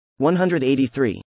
183